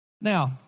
Now